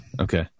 Okay